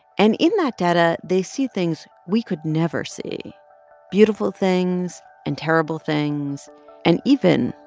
and in that data, they see things we could never see beautiful things and terrible things and even,